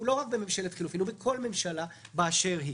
לא רק בממשלת חילופים אלא בכל ממשלה באשר היא.